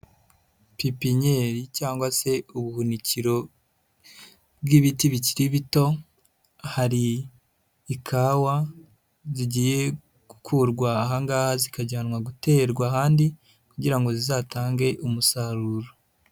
Pipinyeri cyangwa se ubuhunikiro bw'ibiti bikiri bito, hari ikawa zigiye gukurwa aha ngaha zikajyanwa guterwa ahandi kugira ngo zizatange umusaruro.